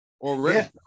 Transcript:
already